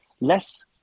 less